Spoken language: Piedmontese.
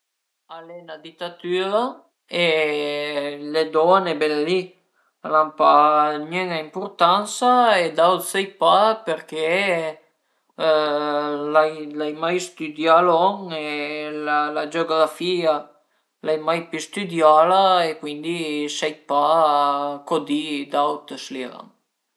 cuandi i sun da sul dizuma che giögu a ün videogioco d'agricultüra ëndua che a m'pias propi i tratur e pöi a ie la cultivasiun dël camp e cuindi dizuma che giögu a stu giöch si, ch'al e più o menu lon che l'ai stüdià a scola, cuindi m'divertu parei